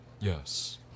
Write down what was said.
yes